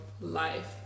life